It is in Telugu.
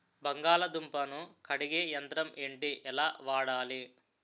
బంగాళదుంప ను కడిగే యంత్రం ఏంటి? ఎలా వాడాలి?